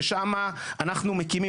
ששם אנחנו מקימים,